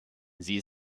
sie